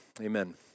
amen